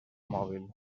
mòbil